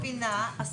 אני מבינה.